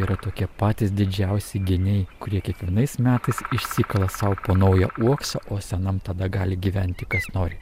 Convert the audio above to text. yra tokie patys didžiausi geniai kurie kiekvienais metais išsikala sau po naują uoksą o senam tada gali gyventi kas nori